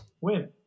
Win